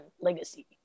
Legacy